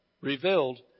revealed